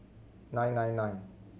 nine nine nine